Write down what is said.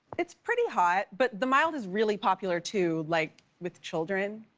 it's pretty hot, but the mild is really popular, too. like with children.